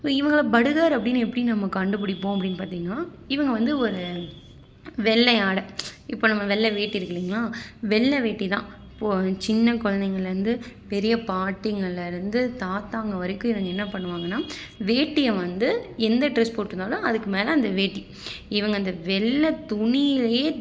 so இவங்களை படுகர் அப்படின்னு எப்படி நம்ம கண்டுபிடிப்போம் அப்படினு பார்த்தீங்கனா இவங்க வந்து ஒரு வெள்ளை ஆடை இப்போ நம்ம வெள்ளை வேட்டி இருக்குது இல்லைங்களா வெள்ளை வேட்டி தான் இப்போ சின்னக்குழந்தைங்கள்லேருந்து பெரிய பாட்டிங்கள்லேருந்து தாத்தாங்க வரைக்கும் இவங்க என்ன பண்ணுவாங்கன்னா வேட்டியை வந்து எந்த ட்ரெஸ் போட்டுருந்தாலும் அதுக்கு மேலே அந்த வேட்டி இவங்க அந்த வெள்ளை துணியிலேயே